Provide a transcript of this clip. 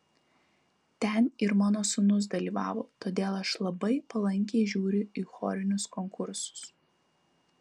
ten ir mano sūnus dalyvavo todėl aš labai palankiai žiūriu į chorinius konkursus